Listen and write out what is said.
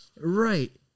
Right